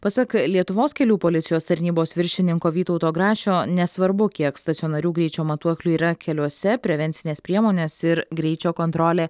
pasak lietuvos kelių policijos tarnybos viršininko vytauto grašio nesvarbu kiek stacionarių greičio matuoklių yra keliuose prevencinės priemonės ir greičio kontrolė